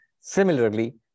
Similarly